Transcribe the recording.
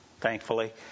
thankfully